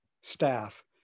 staff